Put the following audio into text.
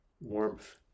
warmth